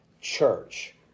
church